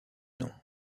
nom